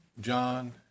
John